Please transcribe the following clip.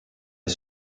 est